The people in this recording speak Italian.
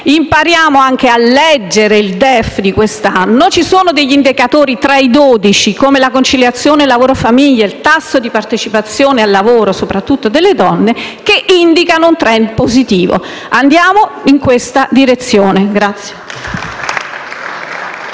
impariamo anche a leggere il DEF di quest'anno: ci sono alcuni indicatori, fra i dodici, come la conciliazione lavoro-famiglia e il tasso di partecipazione al lavoro, soprattutto delle donne, che indicano un *trend* positivo. Andiamo in questa direzione.